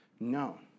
No